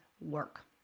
work